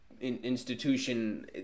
institution